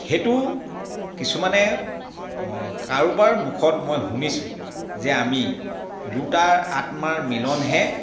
সেইটো কিছুমানে কাৰোবাৰ মুখত মই শুনিছোঁ যে আমি দুটাৰ আত্মাৰ মিলনহে